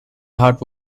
heart